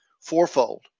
fourfold